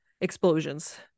explosions